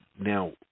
now